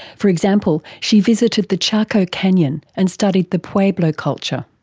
for example she visited the chaco canyon and studied the pueblo culture.